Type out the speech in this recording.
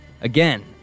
again